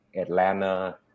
Atlanta